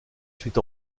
suite